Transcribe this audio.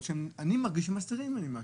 אני מרגיש שמסתירים ממני משהו.